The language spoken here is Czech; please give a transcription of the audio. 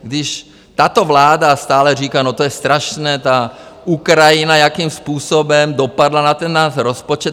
Když tato vláda stále říká, no to je strašné, ta Ukrajina, jakým způsobem dopadla na ten náš rozpočet.